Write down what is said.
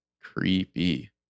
Creepy